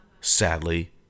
sadly